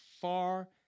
far